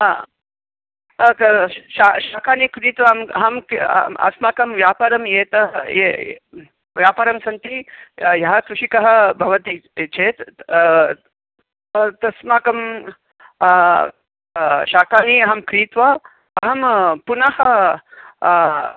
ह शाकानि शाकानि क्रीत्वा अहं अस्माकं व्यापारम् एतत् व्यापारं सन्ति यः कृषिकः भवति चेत् तस्मात् शाकानि अहं क्रीत्वा अहं पुनः